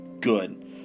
good